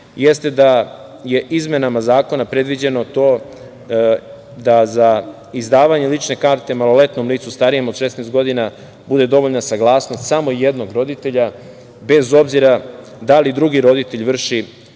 jeste da je izmenama zakona predviđeno to da za izdavanje lične karte maloletnom licu starijem od 16 godina bude dovoljna saglasnost samo jednog roditelja bez obzira da li drugi roditelj vrši